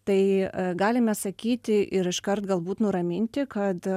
tai galime sakyti ir iškart galbūt nuraminti kad